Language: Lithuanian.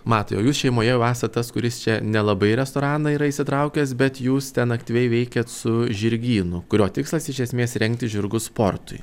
matai o jūs šeimoje jau esat tas kuris čia nelabai į restoraną yra įsitraukęs bet jūs ten aktyviai veikiat su žirgynu kurio tikslas iš esmės rengti žirgus sportui